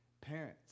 Parents